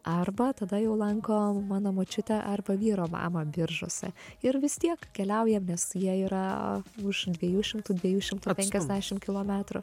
arba tada jau lankom mano močiutę arba vyro mamą biržuose ir vis tiek keliaujam nes jie yra už dviejų šimtų dviejų šimtų penkiasdešim kilometrų